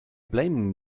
blaming